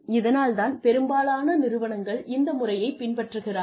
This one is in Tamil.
இதனால் தான் பெரும்பாலான நிறுவனங்கள் இந்த முறையை பின்பற்றுகிறார்கள்